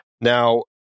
now